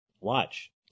Watch